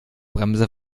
bremse